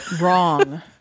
wrong